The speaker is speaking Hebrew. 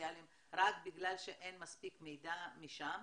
סוציאליים רק בגלל שאין מספיק מידע משם.